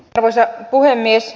arvoisa puhemies